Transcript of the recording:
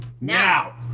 Now